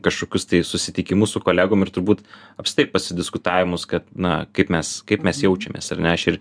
kažkokius tai susitikimus su kolegom ir turbūt apskritai pasidiskutavimus kad na kaip mes kaip mes jaučiamės ar ne aš ir